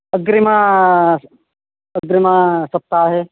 अग्रिम अग्रिमसप्ताहे